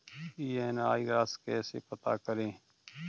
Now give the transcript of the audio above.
EMI राशि कैसे पता करें?